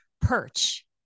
Perch